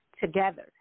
together